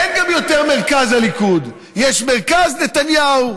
אין גם יותר מרכז הליכוד, יש מרכז נתניהו,